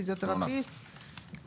פיסיותרפיסט,